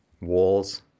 walls